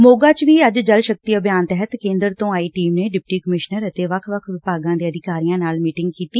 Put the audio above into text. ਮੋਗਾ ਵਿਚ ਵੀ ਅੱਜ ਜਲ ਸ਼ਕਤੀ ਅਭਿਆਨ ਤਹਿਤ ਕੇਂਦਰ ਤੋਂ ਆਈ ਟੀਮ ਨੇ ਡਿਪਟੀ ਕਮਿਸ਼ਨਰ ਅਤੇ ਵੱਖ ਵੱਖ ਵਿਭਾਗਾਂ ਦੇ ਅਧਿਕਾਰੀਆਂ ਨਾਲ ਮੀਟਿੰਗ ਕੀਤੀ